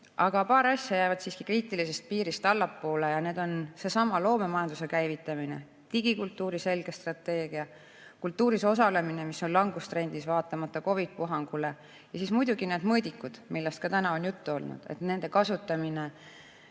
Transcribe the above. Aga paar asja jäävad siiski kriitilisest piirist allapoole. Need on seesama loomemajanduse käivitamine, digikultuuri selge strateegia, kultuuris osalemine, mis on langustrendis vaatamata COVID‑i puhangu [taandumisele], ja muidugi need mõõdikud, millest ka täna on juttu olnud – nende kasutamine